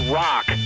rock